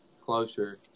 closer